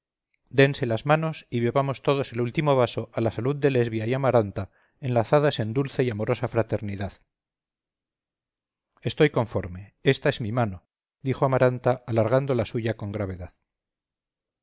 dense las manos y bebamos todos el último vaso a la salud de lesbia y amaranta enlazadas en dulce y amorosa fraternidad estoy conforme esta es mi mano dijo amaranta alargando la suya con gravedad